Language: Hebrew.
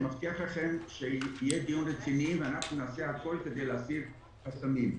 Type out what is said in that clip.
אני מבטיח לכם שיהיה דיון רציני ואנחנו נעשה הכול כדי להסיר חסמים.